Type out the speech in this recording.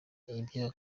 ivyo